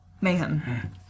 Mayhem